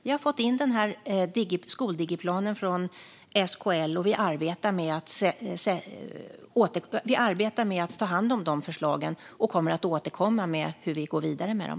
Vi har fått in skoldigiplanen från SKL och arbetar med att ta hand om förslagen. Vi kommer att återkomma till hur vi går vidare med dem.